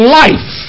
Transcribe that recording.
life